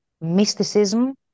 mysticism